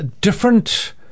Different